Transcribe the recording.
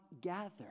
gather